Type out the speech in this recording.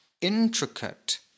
intricate